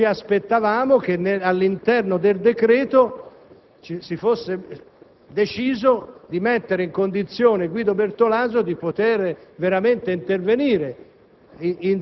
Ci aspettavamo, però, che all'interno del provvedimento si fosse deciso di mettere in condizione Guido Bertolaso di poter veramente intervenire,